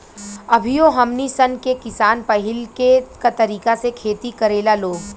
अभियो हमनी सन के किसान पाहिलके तरीका से खेती करेला लोग